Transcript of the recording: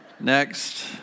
Next